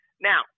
Now